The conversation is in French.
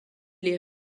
les